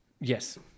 Yes